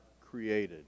created